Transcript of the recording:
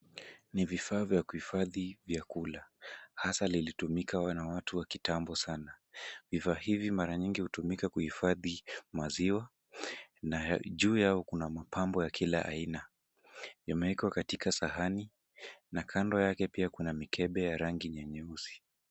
Ni vifaa vya kuhifadhi vyakula, hasa lilitumika na watu wa kitambo sana. Vifaa hivi mara mingi hutumika kuhifadhi maziwa, na juu yao kuna mapambo ya kila aina . Yameekwa katika sahani na kando yake pia kuna mkebe ya rangi ya nyeusi.